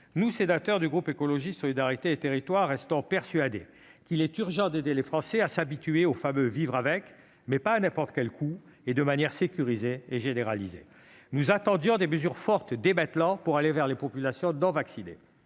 Nous, sénateurs du groupe Écologiste - Solidarité et Territoires, restons persuadés qu'il est urgent d'aider les Français à s'habituer au fameux « vivre avec », mais pas à n'importe quel coût. Tout cela doit se faire de manière sécurisée et généralisée. Nous attendions des mesures fortes dès maintenant pour aller vers les populations non vaccinées,